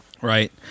Right